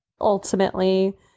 ultimately